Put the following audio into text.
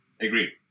Agree